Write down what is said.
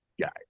guy